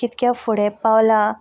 कितक्या फुडें पावला